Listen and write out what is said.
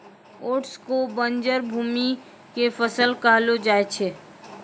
oats कॅ बंजर भूमि के फसल कहलो जाय छै